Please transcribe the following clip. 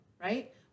right